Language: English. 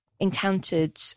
encountered